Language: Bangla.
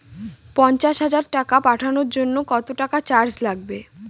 পণ্চাশ হাজার টাকা পাঠানোর জন্য কত টাকা চার্জ লাগবে?